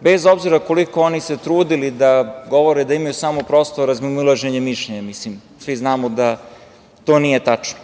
bez obzira koliko se oni trudili da govore da imaju samo prosto razmimoilaženje mišljenja. Svi znamo da to nije tačno.